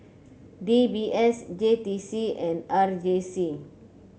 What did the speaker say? D B S J T C and R J C